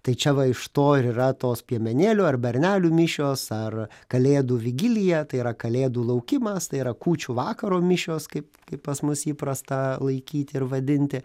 tai čia va iš to ir yra tos piemenėlių ar bernelių mišios ar kalėdų vigilija tai yra kalėdų laukimas tai yra kūčių vakaro mišios kaip pas mus įprasta laikyti ir vadinti